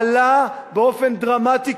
עלה באופן דרמטי,